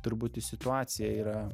turbūt į situaciją yra